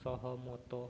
ସହମତ